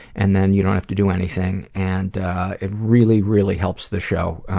and then you don't have to do anything. and it really, really helps the show.